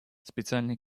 специальный